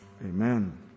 Amen